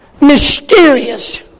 mysterious